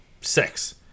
six